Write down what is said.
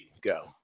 go